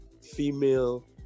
female